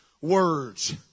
words